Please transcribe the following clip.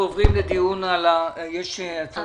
יש הצעות לסדר?